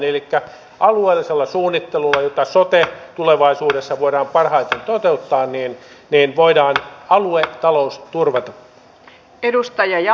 elikkä alueellisella suunnittelulla jotta sote tulevaisuudessa voidaan parhaiten toteuttaa voidaan aluetalous turvata